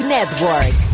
Network